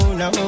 no